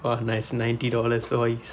!wow! nice ninety dollars